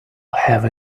have